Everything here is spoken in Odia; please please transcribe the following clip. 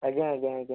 ଆଜ୍ଞା ଆଜ୍ଞା ଆଜ୍ଞା